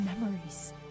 memories